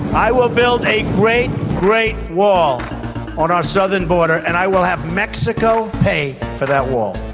i will build a great, great wall on our southern border, and i will have mexico pay for that wall,